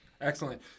Excellent